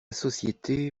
société